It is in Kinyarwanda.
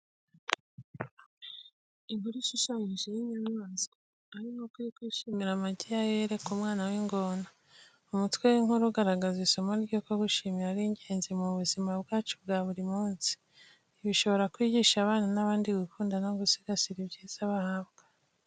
Inkuru ishushanyije y'inyamaswa. Aho inkoko iri kwishimira amagi yayo yereka umwana w'ingona. Umutwe w’inkuru ugaragaza isomo ry’uko gushimira ari ingenzi mu buzima bwacu bwa buri munsi. Ibi bishobora kwigisha abana n’abandi gukunda no gusigasira ibyiza bahabwa.